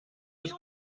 bis